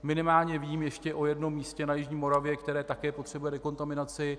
Minimálně vím ještě o jednom místě na jižní Moravě, které také potřebuje dekontaminaci.